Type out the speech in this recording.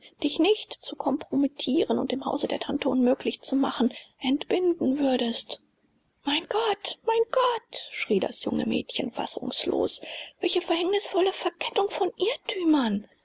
dich nicht zu kompromittieren und im hause der tante unmöglich zu machen entbinden würdest mein gott mein gott schrie das junge mädchen fassungslos welche verhängnisvolle verkettung von irrtümern